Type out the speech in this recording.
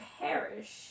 perish